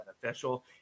beneficial